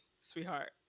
sweetheart